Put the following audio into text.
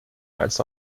als